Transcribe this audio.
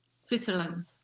Switzerland